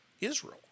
Israel